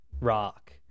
rock